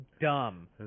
dumb